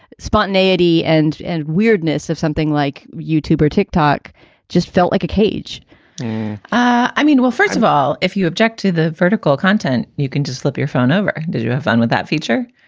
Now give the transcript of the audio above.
spontaneity and and weirdness if something like youtuber tick-tock just felt like a cage i mean, well, first of all, if you object to the vertical content, you can just flip your phone over. did you have fun with that feature?